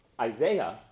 Isaiah